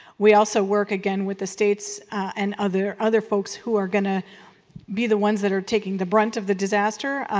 we also work again with the states and other other folks who are going to be the ones that are taking the brunt of the disaster.